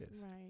right